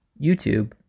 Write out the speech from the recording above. YouTube